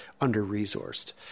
under-resourced